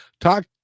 talk